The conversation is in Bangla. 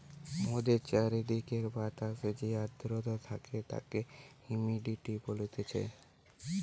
মোদের চারিদিকের বাতাসে যে আদ্রতা থাকে তাকে হুমিডিটি বলতিছে